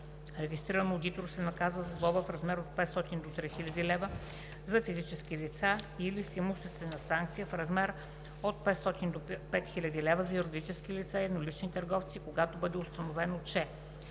Регистриран одитор се наказва с глоба в размер от 500 до 3000 лв. – за физически лица, или с имуществена санкция в размер от 500 до 5000 лв. – за юридически лица и еднолични търговци, когато бъде установено,